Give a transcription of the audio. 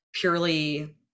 purely